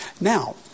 Now